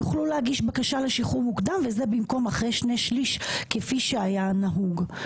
יוכלו להגיש בקשה לשחרור מוקדם וזה במקום אחרי שני שליש כפי שהיה נהוג.